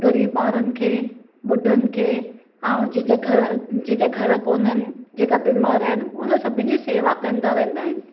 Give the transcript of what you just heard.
ग़रीब ॿारनि खें ॿुढनि खे ऐं जंहिंजे घरु कोन्हनि जेका बीमार आहिनि उन सभिनी जी शेवा कंदा रहंदा आहिनि